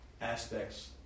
aspects